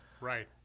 Right